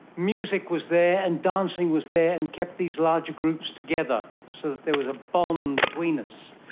music was there and dancing was there and kept these larger groups together so that there was a bond between us.